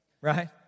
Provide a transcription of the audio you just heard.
Right